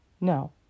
no